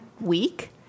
week